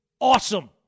awesome